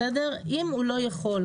אם הוא לא יכול,